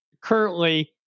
currently